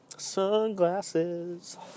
sunglasses